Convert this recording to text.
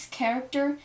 character